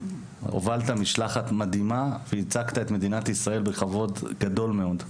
הובלת משלחת מדהימה וייצגת מדינת ישראל בכבוד גדול מאוד.